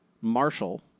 Marshall